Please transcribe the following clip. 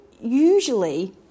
usually